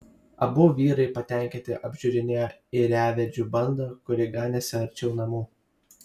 abu vyrai patenkinti apžiūrinėjo ėriavedžių bandą kuri ganėsi arčiau namų